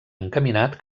encaminat